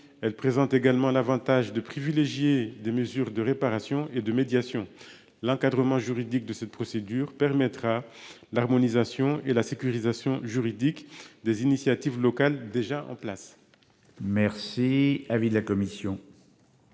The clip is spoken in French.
Elle présente également l'Avantage de privilégier des mesures de réparation et de médiation. L'encadrement juridique de cette procédure permettra d'harmonisation et la sécurisation juridique des initiatives locales, déjà en place. Merci. Avis de la commission.